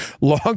long